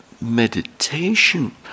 meditation